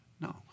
No